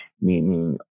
meaning